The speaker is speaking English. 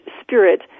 spirit